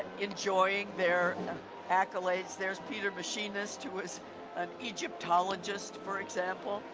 enjoying their accolades, there's peter machinist who is an egyptologist for example.